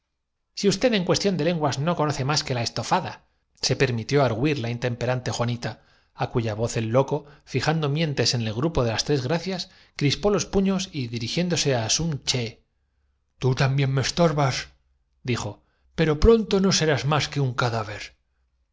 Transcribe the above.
si usted en cuestión de lenguas no conoce más que la estofadase permitió argüir la intemperante juanita á cuya voz el loco fijando mientes en el gru po de las tres gracias crispó los puños y dirigiéndose á sun ché tú también me estorbasdijopero pronto no serás más que un cadáver